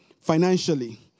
financially